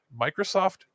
microsoft